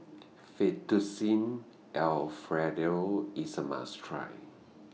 Fettuccine Alfredo IS A must Try